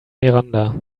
miranda